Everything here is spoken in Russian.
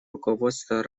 руководство